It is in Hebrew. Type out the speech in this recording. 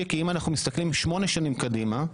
שיקי אם אנחנו מסתכלים שמונה שנים קדימה,